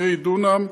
קרי דונם,